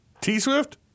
T-Swift